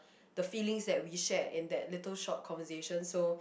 the feelings that we share in that little short conversation so